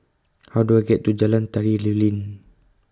How Do I get to Jalan Tari Lilin